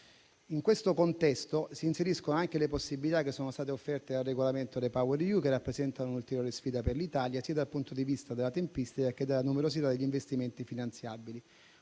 In questo contesto, si inseriscono anche le possibilità che sono state offerte dal regolamento REPowerEU, che rappresenta un'ulteriore sfida per l'Italia sia dal punto di vista della tempistica sia della numerosità degli investimenti finanziabili.